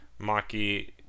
Maki